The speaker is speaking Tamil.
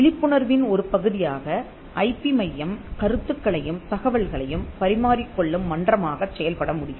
விழிப்புணர்வின் ஒரு பகுதியாக ஐபி மையம் கருத்துக்களையும் தகவல்களையும் பரிமாறிக் கொள்ளும் மன்றமாகச் செயல்பட முடியும்